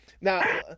Now